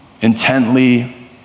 intently